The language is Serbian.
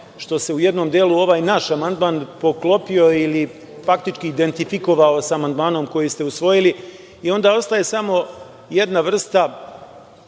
što se u jednom delu ovaj naš amandman poklopio ili faktički identifikovao sa amandmanom koji ste usvojili. Onda ostaje samo jedna vrsta,